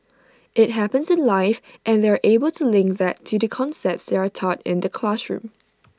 IT happens in life and they're able to link that to the concepts that are taught in the classroom